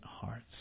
hearts